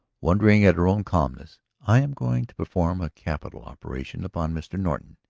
wondering at her own calmness, i am going to perform a capital operation upon mr. norton.